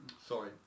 Sorry